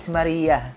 Maria